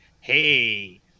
hey